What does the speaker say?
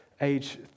age